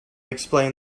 explained